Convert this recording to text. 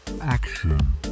Action